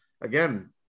again